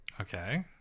okay